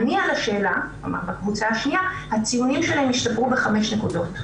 "עני על השאלה" הציונים שלהן השתפרו ב-5 נקודות.